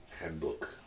handbook